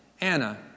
Anna